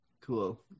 cool